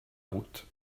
route